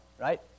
right